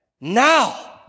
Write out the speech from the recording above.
now